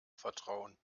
vertrauen